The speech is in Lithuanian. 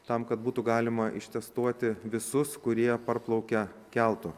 tam kad būtų galima ištestuoti visus kurie parplaukė keltu